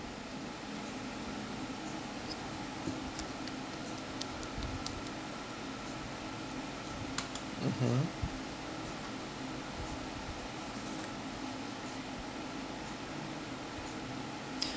mmhmm